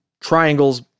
triangles